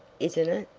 isn't it?